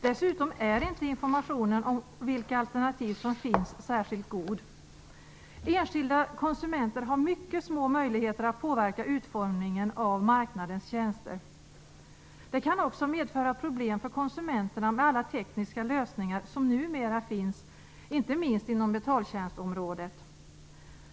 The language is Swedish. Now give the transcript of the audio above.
Dessutom är inte informationen om vilka alternativ som finns särskilt god. Enskilda konsumenter har mycket små möjligheter att påverka utformningen av marknadens tjänster. Det kan också medföra problem för konsumenterna med alla tekniska lösningar som numera finns, inte minst inom betaltjänstområdet.